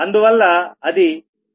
అందువల్ల అది 1NqNt